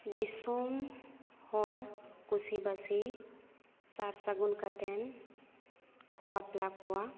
ᱫᱤᱥᱚᱢ ᱦᱚᱲ ᱠᱩᱥᱤᱵᱟᱹᱥᱤ ᱥᱟᱨᱥᱟᱜᱩᱱ ᱠᱟᱛᱮᱫ ᱠᱚ ᱵᱟᱯᱞᱟ ᱠᱚᱣᱟ